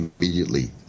immediately